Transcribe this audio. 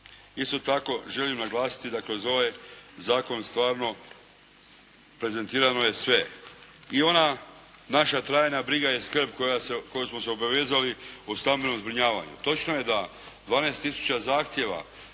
Isto tako želim naglasiti da kroz ovaj zakon stvarno prezentirano je sve i ona naša trajna briga i skrb koju smo se obavezali o stambenom zbrinjavanju. Točno je da 12 tisuća zahtjeva